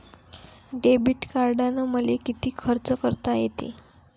Debit कार्डानं मले किती खर्च करता येते?